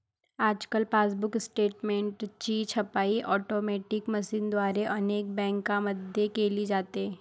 आजकाल पासबुक स्टेटमेंटची छपाई ऑटोमॅटिक मशीनद्वारे अनेक बँकांमध्ये केली जाते